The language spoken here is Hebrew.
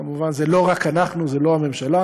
כמובן, זה לא רק אנחנו, זה לא הממשלה,